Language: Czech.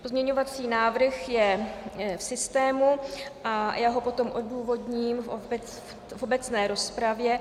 Pozměňovací návrh je v systému a já ho potom odůvodním v obecné rozpravě.